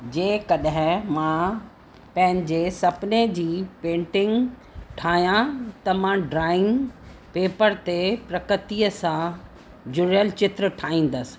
जे कॾहिं मां पंहिंजे सपने जी पेंटिंग ठाहियां त मां ड्रॉइंग पेपर ते प्रकृतीअ सां जुड़ियलु चित्र ठाहींदसि